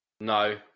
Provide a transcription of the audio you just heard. No